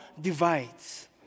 divides